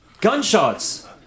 Gunshots